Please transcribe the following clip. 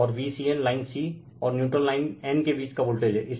और Vcn line c और neutral line n के बीच का वोल्टेज हैं